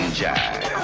jive